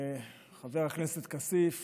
חבר הכנסת כסיף